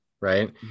right